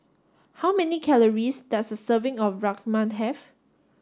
how many calories does a serving of Rajma have